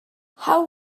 how